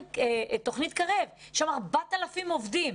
תוכנית קרב יש שם 4,000 עובדים.